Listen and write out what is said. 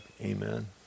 amen